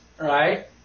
right